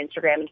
instagram